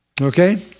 Okay